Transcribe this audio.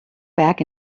back